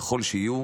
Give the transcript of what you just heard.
ככל שיהיו,